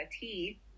tea